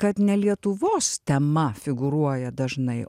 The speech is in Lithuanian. kad ne lietuvos tema figūruoja dažnai